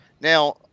Now